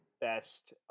best